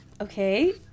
Okay